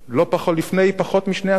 לפני פחות משני עשורים,